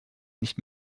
nicht